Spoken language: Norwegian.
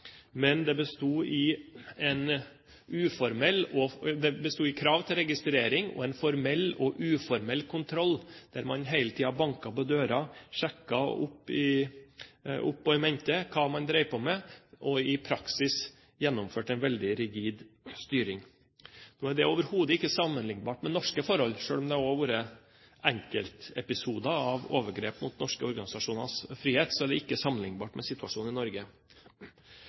men det besto i krav til registrering og en formell og uformell kontroll, der man hele tiden banket på dører, sjekket opp og ned i mente hva en drev på med, og i praksis gjennomførte en veldig rigid styring. Nå er det overhodet ikke sammenliknbart med norske forhold. Selv om det også har vært enkeltepisoder med overgrep mot norske organisasjoners frihet, er det ikke sammenliknbart med situasjonen i Norge.